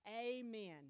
amen